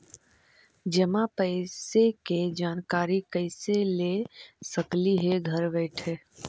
जमा पैसे के जानकारी कैसे ले सकली हे घर बैठे?